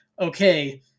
okay